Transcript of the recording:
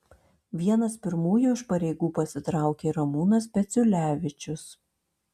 vienas pirmųjų iš pareigų pasitraukė ramūnas peciulevičius